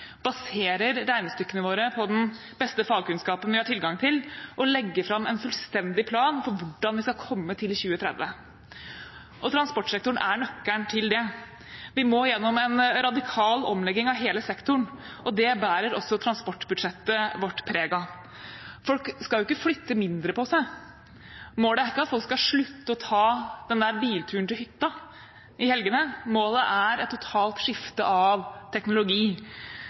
baserer regnestykkene våre på den beste fagkunnskapen vi har tilgang til, og legger fram en fullstendig plan for hvordan vi skal nå 2030-målet. Transportsektoren er nøkkelen til det. Vi må igjennom en radikal omlegging av hele sektoren, og det bærer også transportbudsjettet vårt preg av. Folk skal jo ikke flytte mindre på seg. Målet er ikke at folk skal slutte å ta bilturen til hytta i helgene. Målet er et totalt skifte av teknologi.